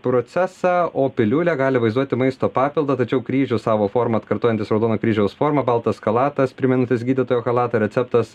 procesą o piliulė gali vaizduoti maisto papildą tačiau kryžius savo formą atkartojantis raudono kryžiaus formą baltas chalatas primenantis gydytojo chalatą receptas